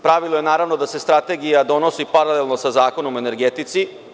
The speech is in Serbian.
Pravilo je, naravno, da ste strategija donosi paralelno sa Zakonom o energetici.